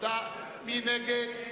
מי נגד?